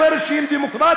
אומרת שהיא דמוקרטית,